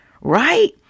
Right